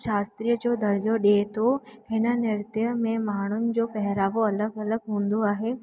शास्त्रीय जो दरिजो ॾे थो हिन नृत्य में माण्हुनि जो पहरावो अलॻि अलॻि हूंदो आहे